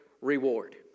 reward